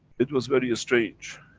it was very strange.